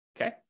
okay